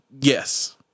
Yes